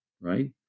right